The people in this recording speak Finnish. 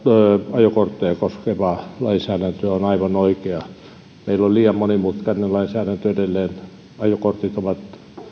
ajokortteja koskevaa lainsäädäntöä on aivan oikea linja meillä on liian monimutkainen lainsäädäntö edelleen ajokortit ovat